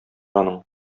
аның